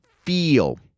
feel